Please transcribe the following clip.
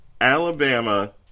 Alabama